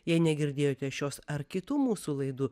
jei negirdėjote šios ar kitų mūsų laidų